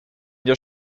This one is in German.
jahr